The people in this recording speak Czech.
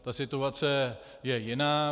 Ta situace je jiná.